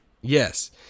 Yes